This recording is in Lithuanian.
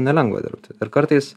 nelengva dirbti ir kartais